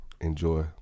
Enjoy